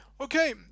Okay